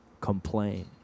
complain